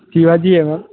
शिवाजी है मैम